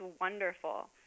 wonderful